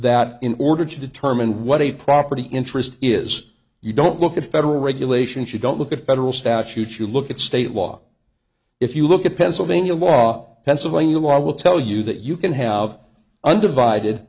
that in order to determine what a property interest is you don't look at federal regulations you don't look at federal statute you look at state law if you look at pennsylvania law pennsylvania law will tell you that you can have undivided